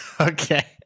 Okay